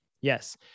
Yes